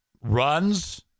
runs